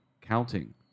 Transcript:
counting